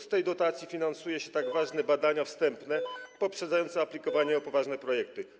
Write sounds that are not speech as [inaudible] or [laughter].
Z tej dotacji finansuje się tak ważne [noise] badania wstępne poprzedzające aplikowanie o poważne projekty.